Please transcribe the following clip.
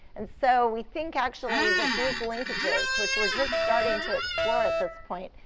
and so we think actually that these linkages, which we're just starting to explore at this point,